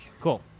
cool